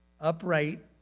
upright